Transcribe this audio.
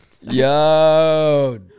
Yo